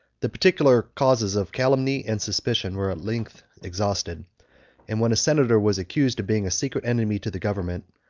the particular causes of calumny and suspicion were at length exhausted and when a senator was accused of being a secret enemy to the government,